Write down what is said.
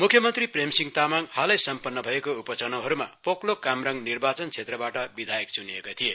मुख्यमन्त्री प्रेम सिंह तामाङ हालै सम्पन्न भएका उपच्नाउहरूमा पोकलोक कामराङ निर्वाचन क्षेत्रबाट विधायक च्निएका थिए